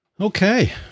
Okay